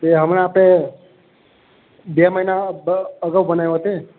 તે હમણાં આપણે બે મહિના બ અગાઉ બનાવ્યો તે